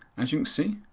as you can see,